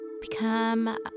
Become